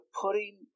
putting